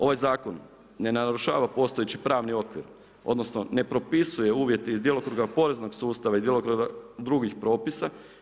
Ovaj zakon ne narušava postojeći pravni okvir, odnosno ne propisuje uvjete iz djelokruga poreznog sustava i djelokruga drugih propisa.